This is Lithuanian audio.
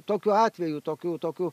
tokiu atveju tokių tokių